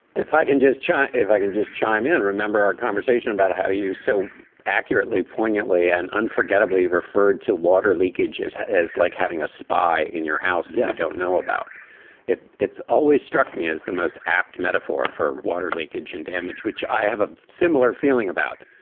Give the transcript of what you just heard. if i can just chat if i can just chime in and remember our conversation about how do you so accurately, poignantly and unforgettably referred to water leakage is as like having a spy in your house. yeah, i don't know about it. it's always struck me as the most apt metaphor for water leakage and damage, which i have a similar feeling about.